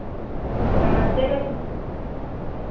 नमस्ते बहन जी